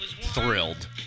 thrilled